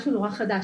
משהו נורא חדש,